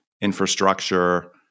infrastructure